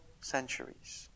centuries